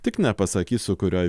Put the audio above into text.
tik nepasakysiu kurioj